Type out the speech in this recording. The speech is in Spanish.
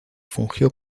fungió